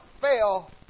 fail